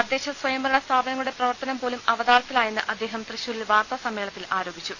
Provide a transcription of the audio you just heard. തദ്ദേശ സ്വയംഭരണ സ്ഥാപനങ്ങളുടെ പ്രവർത്തനം പോലും അവതാളത്തിലായെന്ന് അദ്ദേഹം തൃശൂരിൽ വാർത്താസമ്മേളനത്തിൽ ആരോപിച്ചു